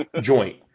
joint